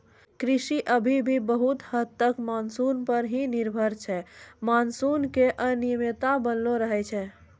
कृषि अभी भी बहुत हद तक मानसून पर हीं निर्भर छै मानसून के अनियमितता बनलो रहै छै